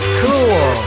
cool